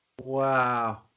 Wow